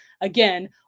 again